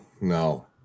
No